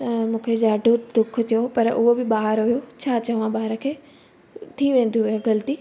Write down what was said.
अ मूंखे ॾाढो दुख थियो पर उहो बि ॿारु हुयो छा चवां ॿारु खे थी वेंदियूं आहे ग़लती